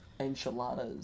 Enchiladas